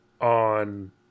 on